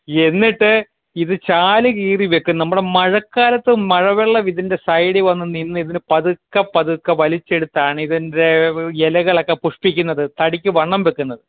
എന്നിട്ട് ഇത് ചാല് കീറി വെക്കും നമ്മുടെ മഴക്കാലത്ത് മഴവെള്ളം ഇതിൻ്റെ സൈഡിൽ വന്ന് നിന്ന് ഇതിന് പതുക്കെ പതുക്കെ വലിച്ചെട്ത്താണിതിൻറ്റേ ഇലകളൊക്കെ പുഷ്ട്ടിക്കുന്നത് തടിക്ക് വണ്ണം വെക്കുന്നത്